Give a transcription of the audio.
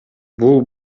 бул